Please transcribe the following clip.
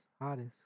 Hottest